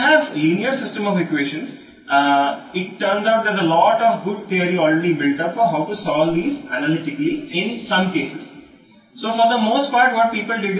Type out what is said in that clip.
కాబట్టి మనం ఈక్వేషన్ల సరళ వ్యవస్థను కలిగి ఉన్నప్పుడు కొన్ని సందర్భాల్లో వీటిని విశ్లేషణాత్మకంగా ఎలా పరిష్కరించాలో ఇప్పటికే చాలా మంచి సిద్ధాంతాలు వివరించబడ్డాయి